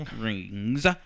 Rings